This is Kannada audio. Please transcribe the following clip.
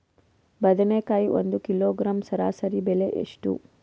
ಬದನೆಕಾಯಿ ಒಂದು ಕಿಲೋಗ್ರಾಂ ಸರಾಸರಿ ಬೆಲೆ ಎಷ್ಟು?